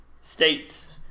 States